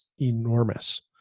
enormous